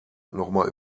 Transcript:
nochmal